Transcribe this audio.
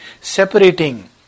separating